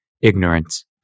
ignorance